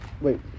Wait